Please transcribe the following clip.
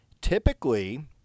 typically